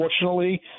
unfortunately